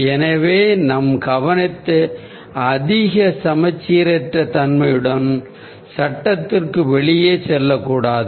எனவே நம் கவனம் அதிக சமச்சீரற்ற தன்மையுடன் சட்டத்திற்கு வெளியே செல்லக்கூடாது